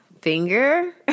finger